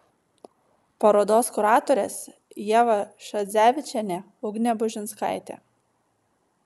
parodos kuratorės ieva šadzevičienė ugnė bužinskaitė